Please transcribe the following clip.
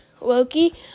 Loki